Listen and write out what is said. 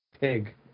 Pig